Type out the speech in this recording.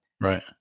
Right